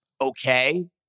okay